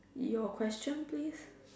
your question please